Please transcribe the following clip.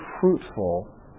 fruitful